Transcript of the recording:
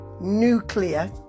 nuclear